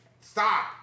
stop